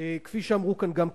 כפי שאמרו כאן גם קודמי,